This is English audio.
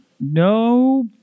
No